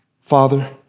Father